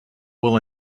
will